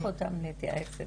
אני אשלח אותם להתייעץ איתך,